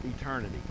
eternity